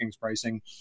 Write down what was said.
pricing